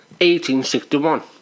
1861